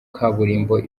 kaburimbo